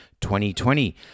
2020